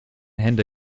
hände